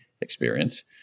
experience